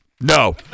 No